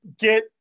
get